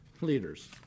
leaders